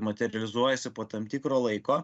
materializuojasi po tam tikro laiko